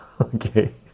okay